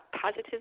positive